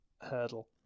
hurdle